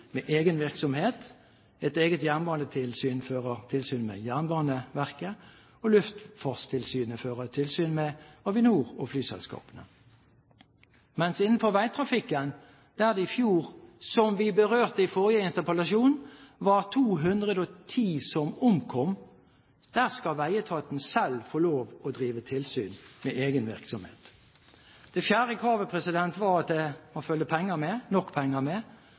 med egen virksomhet. Et eget jernbanetilsyn fører tilsyn med Jernbaneverket, og Luftfartstilsynet fører tilsyn med Avinor og flyselskapene, mens innenfor veitrafikken – som vi berørte i forrige interpellasjon, var det i fjor 210 som omkom der – skal veietaten selv få lov til å drive tilsyn med egen virksomhet. Det fjerde kravet var at det må følge penger med, nok penger med.